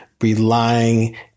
relying